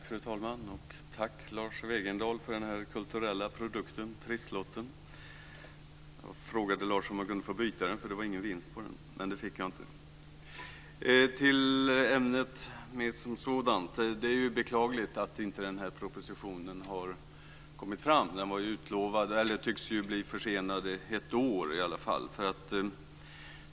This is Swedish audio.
Fru talman! Tack, Lars Wegendal, för den kulturella produkten trisslotten. Jag frågade Lars om jag kunde få byta den eftersom det inte var någon vinst på den. Men det fick jag inte. Så till ämnet som sådant. Det är beklagligt att propositionen inte har kommit. Den tycks bli försenad i ett år.